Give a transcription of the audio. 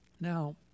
Now